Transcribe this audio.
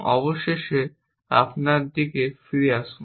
অবশেষে আপনার দিকে ফিরে আসুন